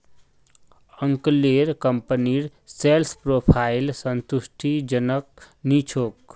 अंकलेर कंपनीर sales profile संतुष्टिजनक नी छोक